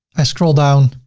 i scroll down,